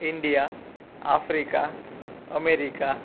India Africa America